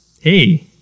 hey